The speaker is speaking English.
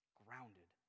grounded